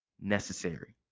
necessary